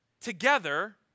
together